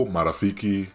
Marafiki